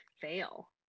fail